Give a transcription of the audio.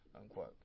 Unquote